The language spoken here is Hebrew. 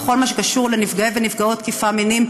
בכל מה שקשור לנפגעי ונפגעות תקיפה מינית,